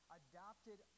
adopted